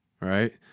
right